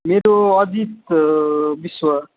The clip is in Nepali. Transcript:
मेरो अजित विश्व